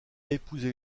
épousé